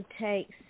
takes